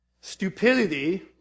stupidity